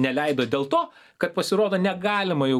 neleido dėl to kad pasirodo negalima jau